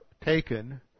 taken